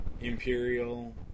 imperial